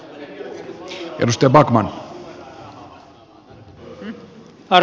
arvoisa puhemies